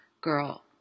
girl